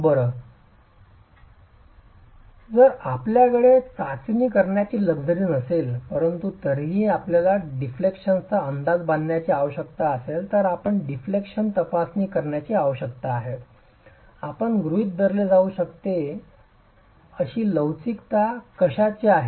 तर बरं जर आपल्याकडे चाचणी करण्याची लक्झरी नसेल परंतु तरीही आपल्याला डिफेक्शन्सचा अंदाज बांधण्याची आवश्यकता असेल तर आपल्याला डिफ्लेक्शन तपासणी करण्याची आवश्यकता आहे आपण गृहित धरले जाऊ शकते अशी लवचिकता कशाचे आहे